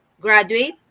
graduate